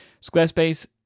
Squarespace